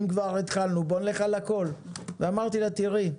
אם כבר התחלנו, בואו נלך על הכול ואמרתי לה, תראי,